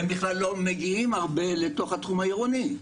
והם בכלל לא מגיעים הרבה לתוך התחום העירוני.